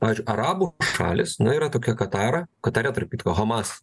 pavyzdžiui arabų šalys na yra tokia katara katare tarp kitko hamas